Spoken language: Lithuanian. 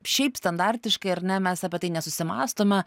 šiaip standartiškai ar ne mes apie tai nesusimąstome